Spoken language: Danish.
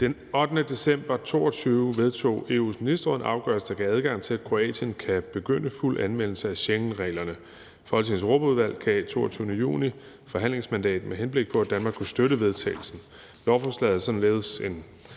Den 8. december 2022 vedtog EU's Ministerråd en afgørelse, der gav adgang til, at Kroatien kan begynde at anvende Schengenreglerne fuldt ud. Folketingets Europaudvalg gav den 22. juni forhandlingsmandat, med henblik på at Danmark kunne støtte vedtagelsen. Lovforslaget er således en